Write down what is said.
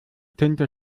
tinte